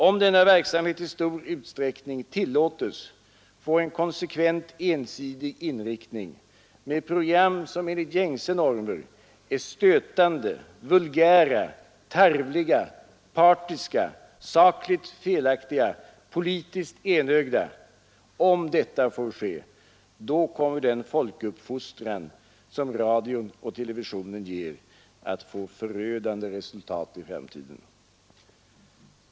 Om denna verksamhet i stor utsträckning tillåtes få en konsekvent ensidig inriktning med program som enligt gängse normer i stor utsträckning är stötande, vulgära, tarvliga, partiska, sakligt felaktiga och politiskt enögda, kommer den folkuppfostran som radion och televisionen ger att få förödande resultat i framtiden.